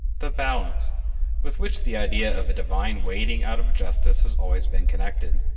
the balance with which the idea of a divine weighing out of justice has always been connected,